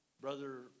Brother